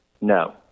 No